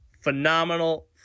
Phenomenal